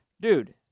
Dude